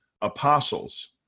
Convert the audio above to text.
apostles